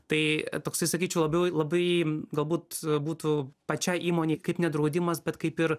tai toksai sakyčiau labiau labai galbūt būtų pačiai įmonei kaip nedraudimas bet kaip ir